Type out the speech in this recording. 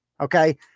Okay